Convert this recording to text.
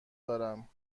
دارم